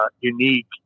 unique